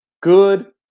Good